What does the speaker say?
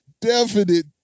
definite